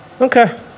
Okay